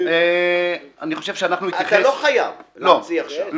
אתה לא חייב להמציא עכשיו.